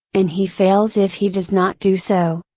and he fails if he does not do so.